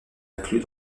inclus